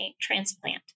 transplant